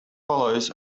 follows